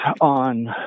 on